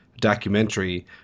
documentary